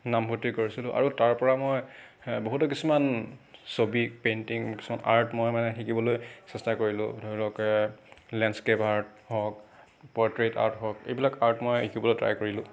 নামভৰ্তি কৰিছিলোঁ আৰু তাৰপৰা মই বহুতো কিছুমান ছবি পেইণ্টিং কিছুমান আৰ্ট মই মানে শিকিবলৈ চেষ্টা কৰিলোঁ ধৰি লওক লেণ্ডস্কেপ আৰ্ট হওক পৰ্ট্ৰেট আৰ্ট হওক এইবিলাক আৰ্ট মই শিকিবলৈ ট্ৰাই কৰিলোঁ